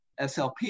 SLP